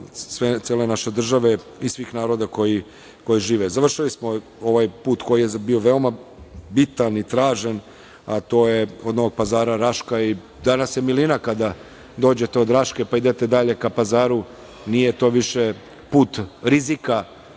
cele naše države i svih naroda koji žive. Završili smo ovaj put koji je bio veoma bitan i tražen, a to je od Novog Pazara-Raška i danas je milina kada dođete od Raške pa idete dalje ka Pazaru, nije to više put rizika